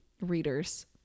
readers